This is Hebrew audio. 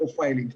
פרופיילינג.